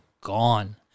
gone